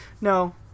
no